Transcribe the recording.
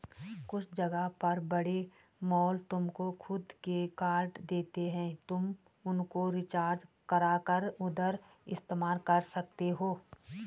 कुछ जगह पर बड़े मॉल तुमको खुद के कार्ड देते हैं तुम उनको रिचार्ज करा कर उधर इस्तेमाल कर सकते हो